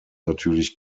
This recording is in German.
natürlich